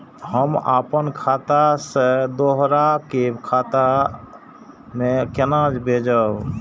हम आपन खाता से दोहरा के खाता में केना भेजब?